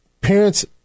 parents